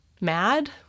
Mad